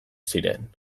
ziren